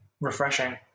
refreshing